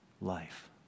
life